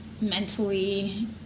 mentally